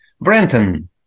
Brenton